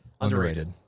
underrated